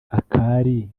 akari